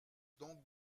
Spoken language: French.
donc